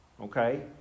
okay